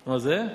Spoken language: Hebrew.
מה זה?